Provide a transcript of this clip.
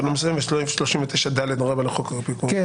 אתה לא מסיים --- 39ד רבה לחוק --- כן,